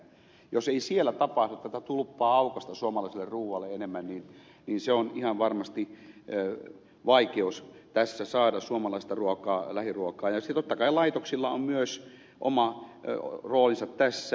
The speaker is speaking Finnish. jos ei siellä tapahdu jos tätä tulppaa ei aukaista suomalaiselle ruualle enemmän niin on ihan varmasti vaikeata saada suomalaista ruokaa lähiruokaa ja totta kai laitoksilla on myös oma roolinsa tässä